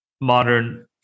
modern